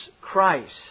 Christ